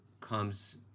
comes